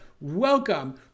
welcome